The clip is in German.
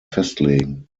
festlegen